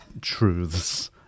truths